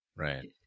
right